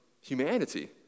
humanity